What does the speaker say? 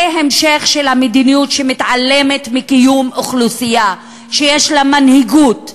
זה המשך של המדיניות שמתעלמת מקיום אוכלוסייה שיש לה מנהיגות,